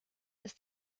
ist